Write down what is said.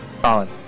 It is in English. Colin